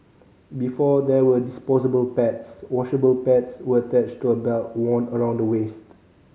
before there were disposable pads washable pads were attached to a belt worn around the waist